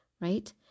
right